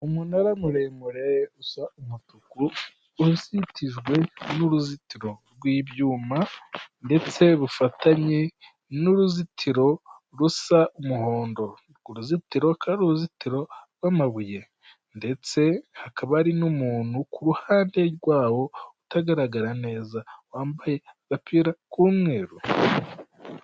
Umunara muremure usa umutuku, uzitijwe n'uruzitiro rw'ibyuma, ndetse rufatanye n'uruzitiro rusa umuhondo, urwo ruzitiro rukaba ari uruzitiro rw'amabuye, ndetse hakaba ari n'umuntu ku ruhande rwawo utagaragara neza, wambaye agapira k'umweru.